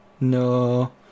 no